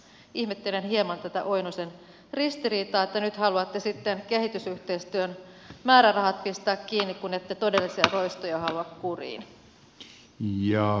ihmettelen hieman tätä oinosen ristiriitaa että nyt haluatte sitten kehitysyhteistyön määrärahat pistää kiinni kun ette todellisia roistoja halua kuriin